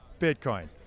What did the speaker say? Bitcoin